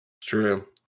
true